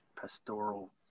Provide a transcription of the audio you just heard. pastoral